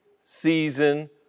season